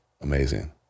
amazing